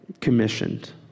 commissioned